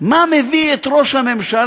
מה מביא את ראש הממשלה,